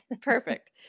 perfect